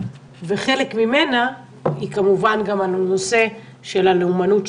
וחלק ממנה הוא כמובן גם נושא הלאומנות,